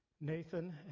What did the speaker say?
Nathan